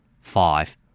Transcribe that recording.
Five